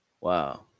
Wow